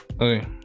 okay